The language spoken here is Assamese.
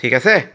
ঠিক আছে